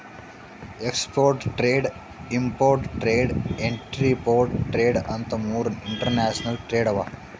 export trade, import trade, entrepot trade ಅಂತ್ ಮೂರ್ international trade ಅವಾ